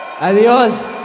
adiós